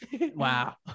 Wow